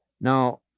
Now